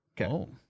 Okay